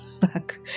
back